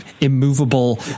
immovable